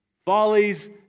Follies